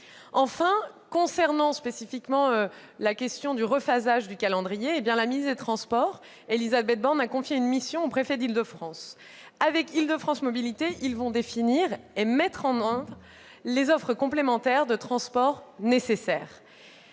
Enfin, concernant la question spécifique du rephasage du calendrier, la ministre chargée des transports, Élisabeth Borne, a confié une mission au préfet d'Île-de-France. Avec Île-de-France Mobilités, il devra définir et mettre en oeuvre les offres complémentaires de transport nécessaires.